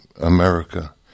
America